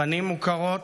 פנים מוכרות,